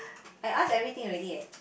I ask everything already eh